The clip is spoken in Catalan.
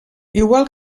igual